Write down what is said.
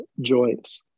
joints